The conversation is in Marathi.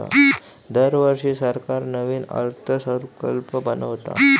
दरवर्षी सरकार नवीन अर्थसंकल्प बनवता